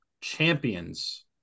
Champions